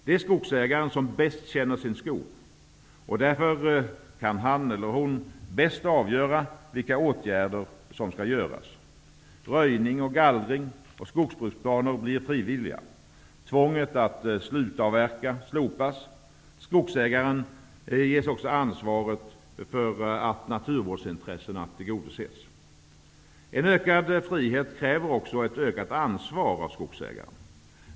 Det är skogsägaren som bäst känner sin skog, och därför kan han eller hon bäst avgöra vilka åtgärder som skall vidtas. Skogsägaren ges också ansvaret för att naturvårdsintressena tillgodoses. En ökad frihet kräver också ett ökat ansvar av skogsägaren.